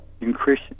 increase